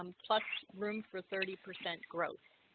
um plus room for thirty percent growth